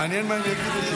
מעניין מה הם יגידו כשהיא